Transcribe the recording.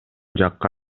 жакка